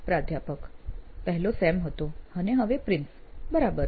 પ્રાધ્યાપક પહેલા સેમ હતો અને હવે પ્રિન્સ બરાબર